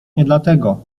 dlatego